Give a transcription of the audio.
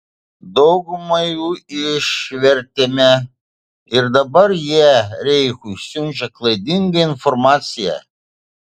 daugumą jų išvertėme ir dabar jie reichui siunčia klaidingą informaciją